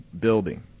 building